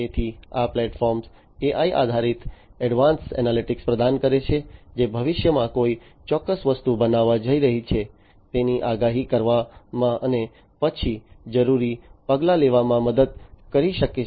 તેથી આ platform ai આધારિત એડવાન્સ્ડ એનાલિટિક્સ પ્રદાન કરે છે જે ભવિષ્યમાં કોઈ ચોક્કસ વસ્તુ બનવા જઈ રહી છે તેની આગાહી કરવામાં અને પછી જરૂરી પગલાં લેવામાં મદદ કરી શકે છે